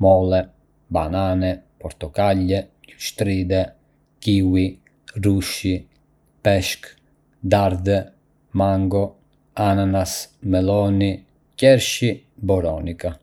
Ka shumë lloje frutash, si mollë, banane, portokalle, luleshtrydhe, kiwi, rrushi, peshkë, dardhë, mango, ananas, melo, qershi dhe boronica. Çdo frut ka një shije unike dhe ofron lëndë ushqyese të ndryshme që janë të dobishme për shëndetin.